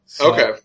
Okay